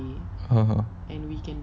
(uh huh)